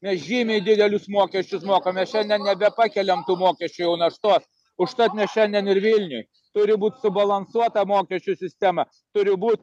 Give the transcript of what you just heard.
mes žymiai didelius mokesčius mokam mes šiandien nebepakeliam tų mokesčių jau naštos užtat mes šiandien ir vilniuj turi būt subalansuota mokesčių sistema turi būt